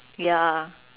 ya